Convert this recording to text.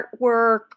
artwork